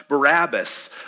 Barabbas